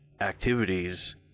activities